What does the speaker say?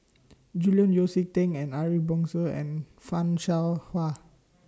Julian Yeo See Teck and Ariff Bongso and fan Shao Hua